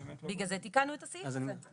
בגלל זה תיקנו את הסעיף הזה.